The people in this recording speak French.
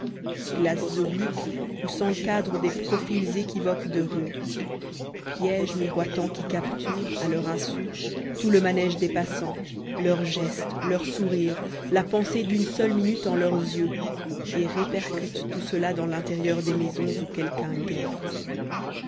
glaces obliques où s'encadrent des profils équivoques de rues pièges miroitants qui capturent à leur insu tout le manège des passants leurs gestes leurs sourires la pensée d'une seule minute en leurs yeux et répercute tout cela dans l'intérieur des maisons où quelqu'un guette